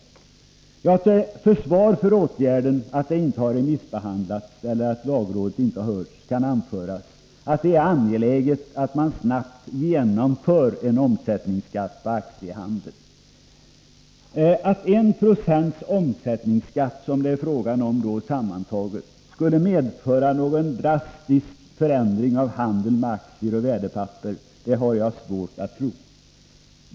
Till försvar för att frågan inte remissbehandlats eller att lagrådet inte har hörts kan anföras att det är angeläget att man snabbt inför en omsättningsskatt på aktiehandeln. Att 1 26 omsättningsskatt, som det sammantaget blir fråga om, skulle medföra någon drastisk förändring av handeln med aktier och värdepapper har jag svårt att tro.